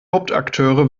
hauptakteure